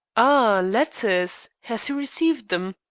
ah, letters! has he received them?